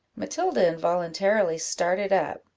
matilda involuntarily started up,